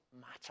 matter